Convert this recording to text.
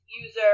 user